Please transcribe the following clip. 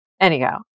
Anyhow